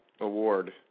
award